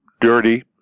dirty